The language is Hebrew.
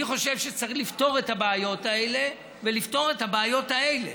אני חושב שצריך לפתור את הבעיות האלה ולפתור את הבעיות האלה.